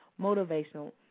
motivational